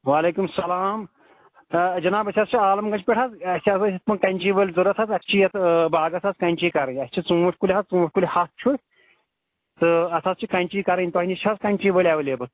وعلیکُم اسلام آ جِناب أسۍ حظ چھا عالَم گَنٛج پٮ۪ٹھ حظ اسہِ چھا یِتھ پٲٹھۍ کَنٛچیٖ وٲلۍ ضوٚرَتھ اسہِ چھا یَتھ باغَس حظ کَنٛچی کَرٕنۍ اسہِ چھا ژوٗنٛٹھۍ کُلۍ حَظ ژوٗنٛٹھۍ کُلۍ ہَتھ چھُ تہٕ اَتھ حظ چھا کَنٛچی کَرٕنۍ تۄہہِ نِش چھا حظ کَنٛچی وٲلۍ ایٚویلِبٕل